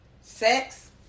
Sex